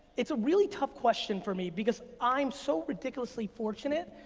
it's a really tough question for me, because i'm so ridiculously fortunate.